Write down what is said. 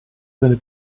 seine